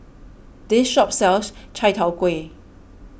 this shop sells Chai Tow Kway